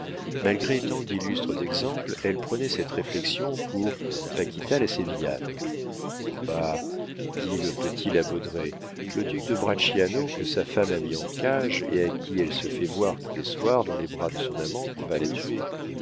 malgré tant d'illustres exemples elle prenait cette réflexion pour paquita la sévillane bah dit le petit la baudraye le duc de bracciano que sa femme a mis en cage et à qui elle se fait voir tous les soirs dans les bras de son amant va la tuer